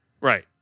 Right